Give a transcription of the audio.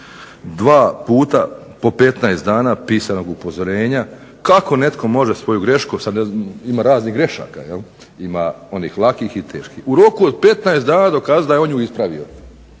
Dva puta po 15 dana pisanog upozorenja kako netko može svoju grešku, sad ima raznih grešaka, ima onih lakih i teških, u roku od 15 dana dokazat da je on nju ispravio.